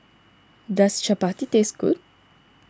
does Chapati taste good